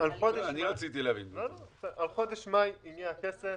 על חודש מאי הגיע הכסף,